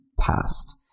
past